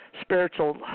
spiritual